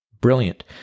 Brilliant